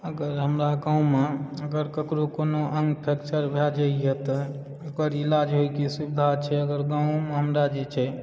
अगर हमरा गाँवमे अगर ककरो कोनो अङ्ग फ्रेक्चर भऽ जाइए तऽ ओकर इलाज होयके सुविधा छै अगर गाँवमे हमरा जे छै